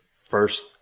first